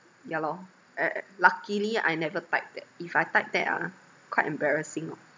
ya lor eh luckily I never type that if I type that ah quite embarrassing orh